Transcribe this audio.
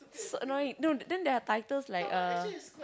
so annoying no then there are titles like uh